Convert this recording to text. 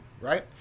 right